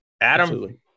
adam